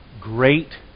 great